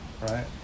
right